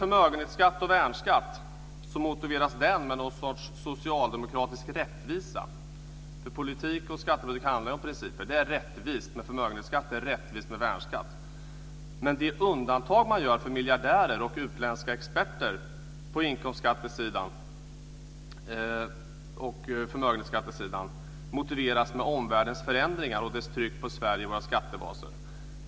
Förmögenhetsskatt och värnskatt motiveras med någon sorts socialdemokratisk rättvisa. Politik och skatter handlar om principer. Det är rättvist med förmögenhetsskatt och värnskatt. Men det undantag som man gör för miljardärer och utländska experter på inkomstskattesidan och förmögenhetsskattesidan motiveras med omvärldens förändringar och dess tryck på Sverige och våra skattebaser.